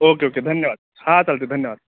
okay okay धन्यवाद हा चालते धन्यवाद